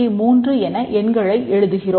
3 என எண்களை எழுதுகிறோம்